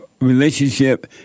relationship